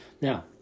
Now